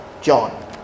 John